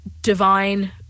divine